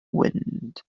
wind